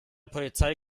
polizei